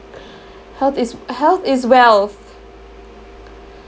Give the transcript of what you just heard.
health is health is wealth